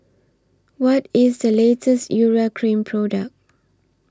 What IS The latest Urea Cream Product